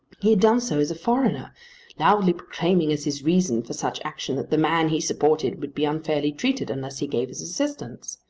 he had done so as a foreigner loudly proclaiming as his reason for such action that the man he supported would be unfairly treated unless he gave his assistance.